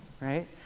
right